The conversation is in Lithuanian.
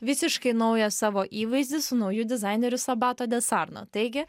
visiškai naują savo įvaizdį su nauju dizaineriu sabato de sarno taigi